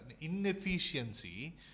inefficiency